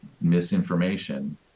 misinformation